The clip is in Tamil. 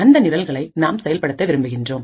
அந்த நிரல்களை நாம் செயல்படுத்த விரும்புகின்றோம்